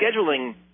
scheduling